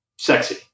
sexy